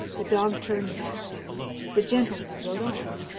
the dog turned back the gentlemen rode on,